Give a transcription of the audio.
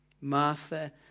Martha